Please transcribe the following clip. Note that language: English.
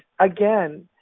again